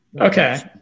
Okay